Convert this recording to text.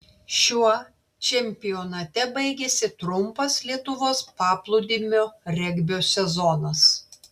šiuo čempionate baigėsi trumpas lietuvos paplūdimio regbio sezonas